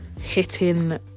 hitting